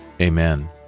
Amen